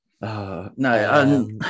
No